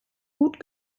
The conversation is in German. gut